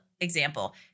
example